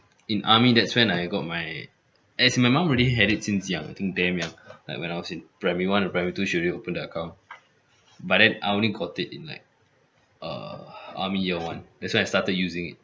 in army that's when I got my as in my mum already had it since young I think damn young like when I was in primary one or primary two she already opened the account but then I only got it in like err army year one that's why I started using it